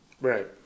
Right